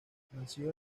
nació